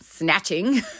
snatching